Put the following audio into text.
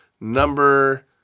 number